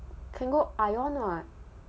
can go ion [what]